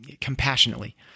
compassionately